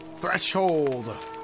Threshold